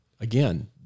again